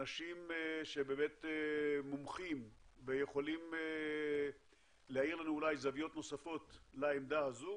אנשים שמומחים ויכולים להאיר לנו אולי זוויות נוספות לעמדה הזו